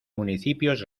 municipios